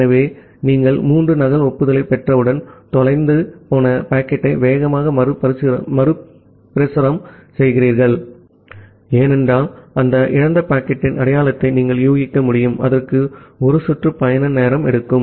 ஆகவே நீங்கள் மூன்று நகல் ஒப்புதலைப் பெற்றவுடன் தொலைந்து போன பாக்கெட்டை வேகமாக மறுபிரசுரம் செய்கிறீர்கள் ஏனென்றால் அந்த இழந்த பாக்கெட்டின் அடையாளத்தை நீங்கள் ஊகிக்க முடியும் அதற்கு ஒரு சுற்று பயண நேரம் எடுக்கும்